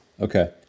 Okay